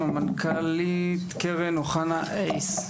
קרן אוחנה איוס,